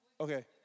Okay